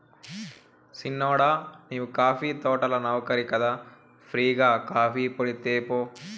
సిన్నోడా నీవు కాఫీ తోటల నౌకరి కదా ఫ్రీ గా కాఫీపొడి తేపో